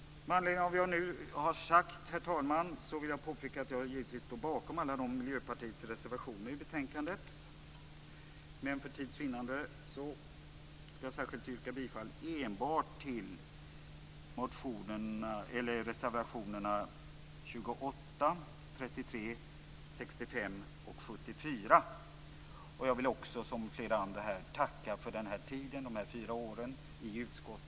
Med anledning av vad jag nu har sagt, herr talman, vill jag påpeka att jag givetvis står bakom alla Miljöpartiets reservationer i betänkandet. Men för tids vinnande skall jag enbart yrka bifall till reservationerna 28, 33, 65 och 74. Jag vill också, som flera andra har gjort, tacka för den här tiden, de här fyra åren i utskottet.